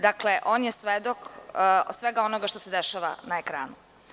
Dakle, on je svedok svega onoga što se dešava na ekranu.